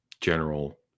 general